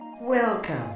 Welcome